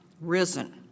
risen